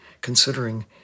considering